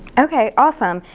okay, awesome,